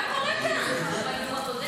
לא עושה כלום.